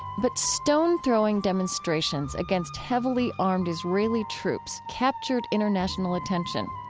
but stone-throwing demonstrations against heavily armed israeli troops captured international attention.